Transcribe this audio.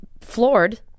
floored